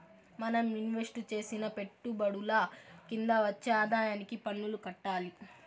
మనం ఇన్వెస్టు చేసిన పెట్టుబడుల కింద వచ్చే ఆదాయానికి పన్నులు కట్టాలి